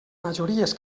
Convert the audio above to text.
majories